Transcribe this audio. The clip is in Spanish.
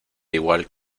igual